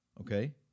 okay